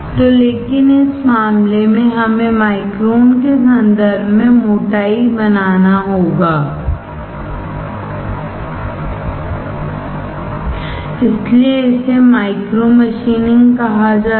तो लेकिन इस मामले में हमें माइक्रोन के संदर्भ में मोटाई बनाना होगा इसीलिए इसे माइक्रो मशीनिंग कहा जाता है